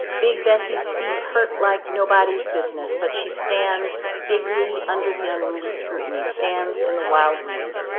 big bessie's feet hurt like nobody's business, but she stands bigly, under the unruly scrutiny, stands in the wild weed.